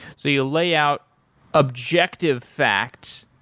so you lay out objective facts,